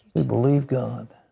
we believe god.